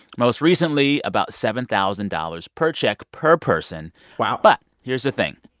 most recently, about seven thousand dollars per check per person wow but here's the thing.